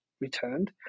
returned